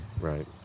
Right